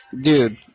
dude